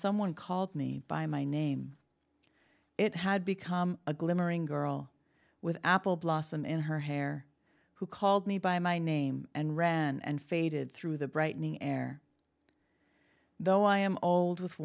someone called me by my name it had become a glimmering girl with apple blossom in her hair who called me by my name and ran and faded through the brightening air though i am old with